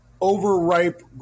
overripe